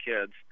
kids